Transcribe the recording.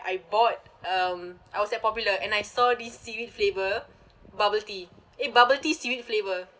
I bought um I was at popular and I saw this seaweed flavour bubble tea eh bubble tea seaweed flavour